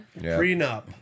Prenup